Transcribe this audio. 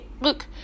Look